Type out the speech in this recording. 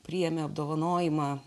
priėmė apdovanojimą